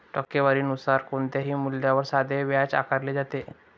टक्केवारी नुसार कोणत्याही मूल्यावर साधे व्याज आकारले जाते